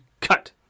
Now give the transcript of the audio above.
cut